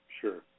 Sure